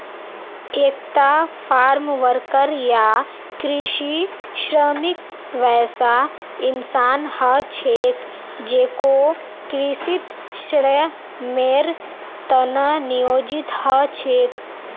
एकता farmworker या कृषि श्रमिक वैसा इंसान ह छेक जेको कृषित श्रमेर त न नियोजित ह छेक